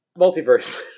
multiverse